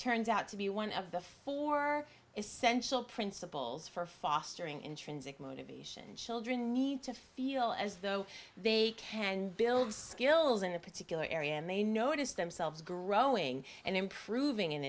turns out to be one of the four essential principles for fostering intrinsic motivation children need to feel as though they can build skills in a particular area may notice themselves growing and improving in